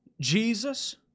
Jesus